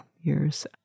years